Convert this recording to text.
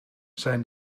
zijn